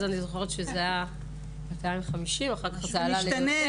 אני זוכרת שזה היה 250, ואחר כך זה עלה ליותר.